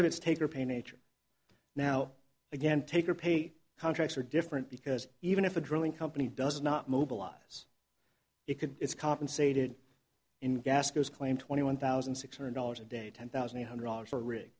it's take or pay nature now again take or pay contracts are different because even if a drilling company does not mobilize it could it's compensated in gas goes claim twenty one thousand six hundred dollars a day ten thousand eight hundred dollars for